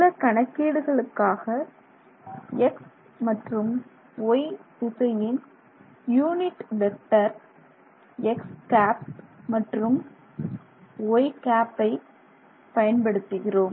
சில கணக்கீடுகளுக்காக X மற்றும் Y திசையின் யூனிட் வெக்டர் x ̂ மற்றும் y ̂ ஐ பயன்படுத்துகிறோம்